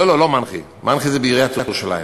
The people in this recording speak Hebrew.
לא, מנח"י זה בעיריית בירושלים.